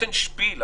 שנותן שפיל.